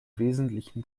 wesentlichen